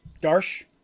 Darsh